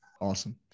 Awesome